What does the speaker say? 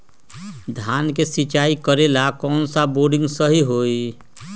धान के सिचाई करे ला कौन सा बोर्डिंग सही होई?